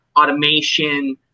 automation